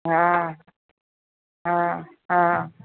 हा हा हा